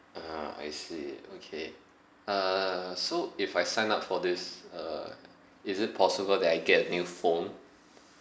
ah I see okay uh so if I sign up for this uh is it possible that I get a new phone